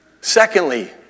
Secondly